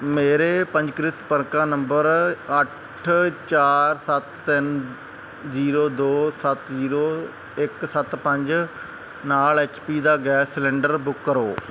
ਮੇਰੇ ਪੰਜੀਕ੍ਰਿਤ ਸੰਪਰਕ ਨੰਬਰ ਅੱਠ ਚਾਰ ਸੱਤ ਤਿੰਨ ਜੀਰੋ ਦੋ ਸੱਤ ਜੀਰੋ ਇੱਕ ਸੱਤ ਪੰਜ ਨਾਲ ਐਚ ਪੀ ਦਾ ਗੈਸ ਸਿਲੰਡਰ ਬੁੱਕ ਕਰੋ